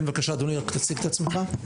כן בבקשה אדוני, רק תציג את עצמך.